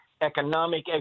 Economic